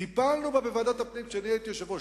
טיפלנו בה בוועדת הפנים כשאני הייתי יושב-ראש.